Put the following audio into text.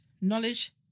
knowledge